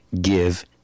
give